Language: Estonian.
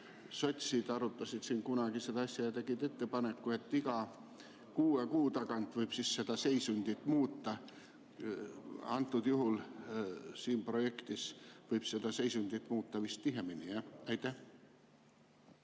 sotsid arutasid siin kunagi seda asja ja tegid ettepaneku, et iga kuue kuu tagant võib seda seisundit muuta. Siin projektis võib seda seisundit muuta vist tihedamini, jah?